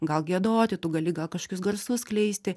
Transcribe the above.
gal giedoti tu gali kažkokius garsus skleisti